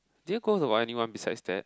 did you go to anyone besides that